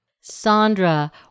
Sandra